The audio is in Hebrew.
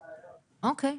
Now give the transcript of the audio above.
אוקיי,